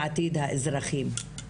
לעתיד האזרחים.